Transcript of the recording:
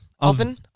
Oven